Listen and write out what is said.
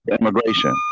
immigration